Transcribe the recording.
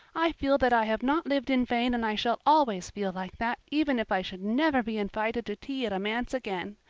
i feel that i have not lived in vain and i shall always feel like that even if i should never be invited to tea at a manse again.